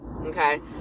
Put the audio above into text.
Okay